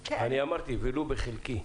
אמרתי: ולו באופן חלקי.